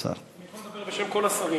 אני יכול לדבר גם בשם כל השרים.